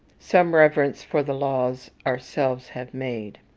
some reverence for the laws ourselves have made,